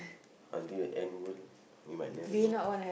until the end world we might never know